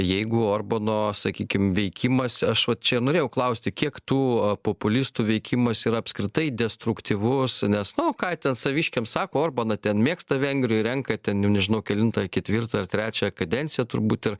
jeigu orbano sakykim veikimas aš vat čia norėjau klausti kiek tų populistų veikimas ir apskritai destruktyvus nes nu ką ten saviškiams sako orbaną ten mėgsta vengrijoj renka ten jau nežinau kelintą ketvirtą ar trečią kadenciją turbūt ir